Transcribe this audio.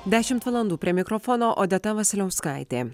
dešimt valandų prie mikrofono odeta vasiliauskaitė